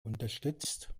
unterstützt